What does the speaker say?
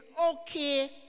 okay